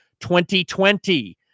2020